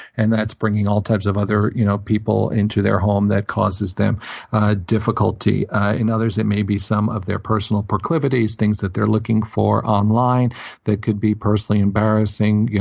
and that's bringing all types of other you know people into their home that causes them difficulty. in others, it may be some of their personal proclivities, things that they're looking for online that could be personally embarrassing, yeah